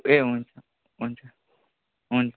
ए हुन्छ हुन्छ हुन्छ